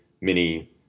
mini